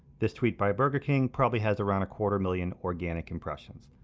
this tweet by burger king probably has around a quarter million organic impressions.